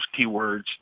keywords